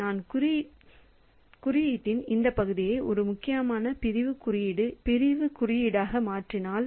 நான் குறியீட்டின் இந்த பகுதியை ஒரு முக்கியமான பிரிவு குறியீடாக மாற்றினால்